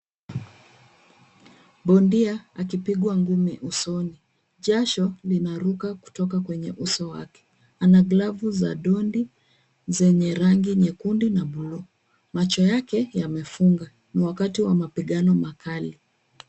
Bondia akipigwa ngumi usoni, jasho linaruka kutoka kwenye uso wake. Ana glavu za ndondi zenye rangi nyekundu na bluu. Macho yake yamefunga, ni wakati wa mapigano makali.